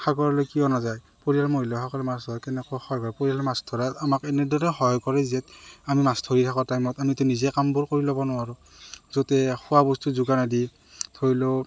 সাগৰলৈ কিয় নাযায় পৰিয়াল মহিলাসকল মাছ ধৰা কেনেকুৱা হয় পৰিয়াল মাছ ধৰা আমাক এনেদৰে সহায় কৰে যে আমি মাছ ধৰি থকা টাইমত আমিতো নিজে কামবোৰ কৰি ল'ব নোৱাৰোঁ য'তে খোৱা বস্তু যোগাৰ নদি ধৰি লওক